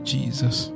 Jesus